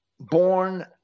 born